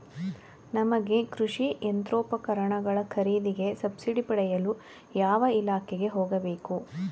ನಮಗೆ ಕೃಷಿ ಯಂತ್ರೋಪಕರಣಗಳ ಖರೀದಿಗೆ ಸಬ್ಸಿಡಿ ಪಡೆಯಲು ಯಾವ ಇಲಾಖೆಗೆ ಹೋಗಬೇಕು?